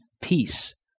peace